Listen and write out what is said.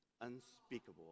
unspeakable